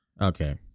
Okay